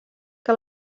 que